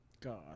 God